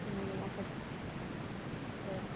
అక్కడ సరే